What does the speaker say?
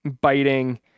biting